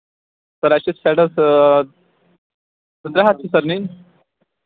تھوڑا چھِ سایڈس سر دَہ حظ چھِ نِنۍ